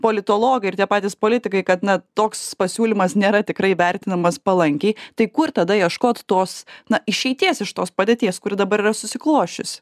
politologai ir tie patys politikai kad na toks pasiūlymas nėra tikrai vertinamas palankiai tai kur tada ieškot tos na išeities iš tos padėties kuri dabar yra susiklosčiusi